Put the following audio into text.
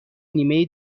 نیمه